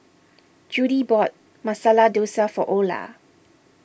Judie bought Masala Dosa for Ola